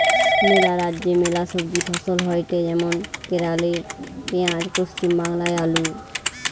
ম্যালা রাজ্যে ম্যালা সবজি ফসল হয়টে যেমন কেরালে পেঁয়াজ, পশ্চিম বাংলায় আলু